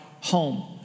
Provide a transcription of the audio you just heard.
Home